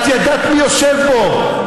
את ידעת מי יושב בו,